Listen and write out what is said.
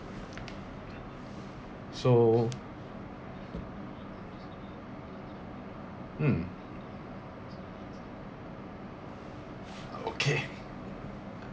so mm okay